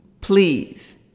Please